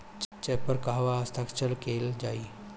Check पर कहवा हस्ताक्षर कैल जाइ?